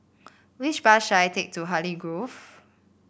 which bus should I take to Hartley Grove